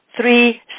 three